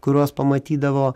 kuriuos pamatydavo